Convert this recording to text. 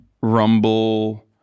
Rumble